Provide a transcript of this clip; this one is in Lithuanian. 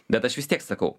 bet aš vis tiek sakau